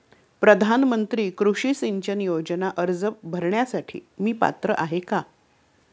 प्रधानमंत्री कृषी सिंचन योजना अर्ज भरण्यासाठी मी पात्र आहे का?